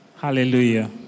Hallelujah